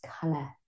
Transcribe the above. color